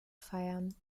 feiern